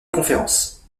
conférences